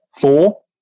four